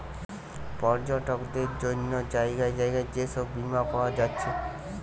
পর্যটকদের জন্যে জাগায় জাগায় যে সব বীমা পায়া যাচ্ছে